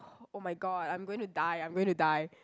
!oh-my-god! I'm going to die I'm going to die